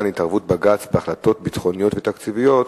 התערבות בג"ץ בהחלטות ביטחוניות ותקציביות